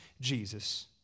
Jesus